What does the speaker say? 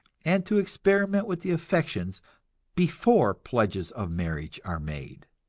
and to experiment with the affections before pledges of marriage are made.